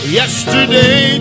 yesterday